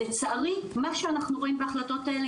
לצערי מה שאנחנו רואים בהחלטות האלה,